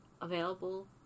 available